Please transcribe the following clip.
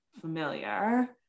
familiar